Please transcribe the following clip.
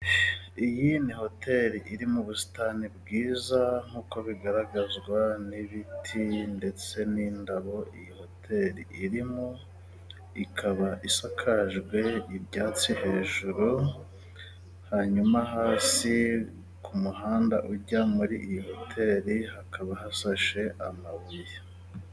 Iyi ni hoteri iri mu busitani bwiza, nk'uko bigaragazwa n'ibiti ndetse n'indabo iyi hotel irimo. Ikaba isakajwe ibyatsi hejuru, hanyuma hasi ku muhanda ujya muri iyi hoteri, hakaba hasashe amabuye.